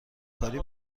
کاری